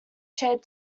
shared